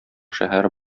шәһәре